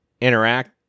interact